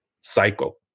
cycle